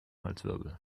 halswirbel